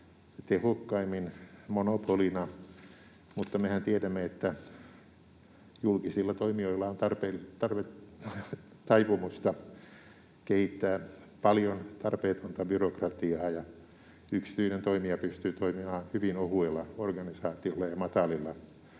tehokkaimmin monopolina, mutta mehän tiedämme, että julkisilla toimijoilla on taipumusta kehittää paljon tarpeetonta byrokratiaa ja yksityinen toimija pystyy toimimaan hyvin ohuella organisaatiolla ja matalilla